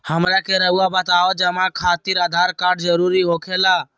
हमरा के रहुआ बताएं जमा खातिर आधार कार्ड जरूरी हो खेला?